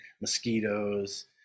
mosquitoes